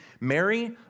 Mary